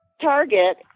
target